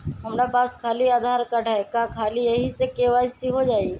हमरा पास खाली आधार कार्ड है, का ख़ाली यही से के.वाई.सी हो जाइ?